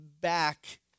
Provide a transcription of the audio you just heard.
back